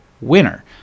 winner